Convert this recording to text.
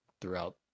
throughout